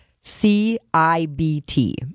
C-I-B-T